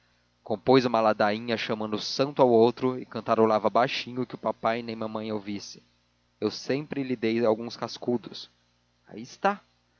compôs uma ladainha chamando santo ao outro e cantarolava baixinho para que papai nem mamãe ouvissem eu sempre lhe dei alguns cascudos aí está